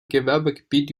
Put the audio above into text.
gewerbegebiet